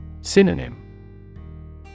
Synonym